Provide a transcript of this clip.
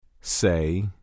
Say